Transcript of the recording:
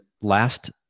last